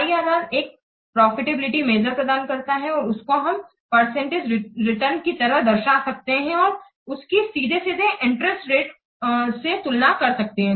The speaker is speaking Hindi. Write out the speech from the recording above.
IRR एक प्रॉफिटेबिलिटी मेजर प्रदान करता है और उसको हम परसेंटेज रिटर्न की तरह दर्शा सकते हैं और उसकी सीधे सीधे इंटरेस्ट रेट रेट से तुलना कर कर सकते हैं